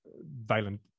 violent